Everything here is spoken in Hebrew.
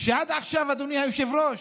שעד עכשיו, אדוני היושב-ראש,